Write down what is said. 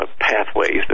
pathways